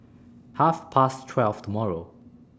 Half Past twelve tomorrow